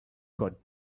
got